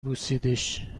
بوسیدیش